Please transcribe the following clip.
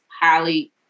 highly